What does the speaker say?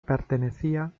pertenecía